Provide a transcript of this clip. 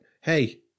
Hey